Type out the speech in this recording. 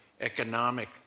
economic